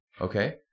Okay